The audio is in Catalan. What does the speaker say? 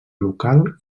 local